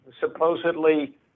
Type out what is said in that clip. supposedly